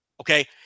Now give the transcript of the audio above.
Okay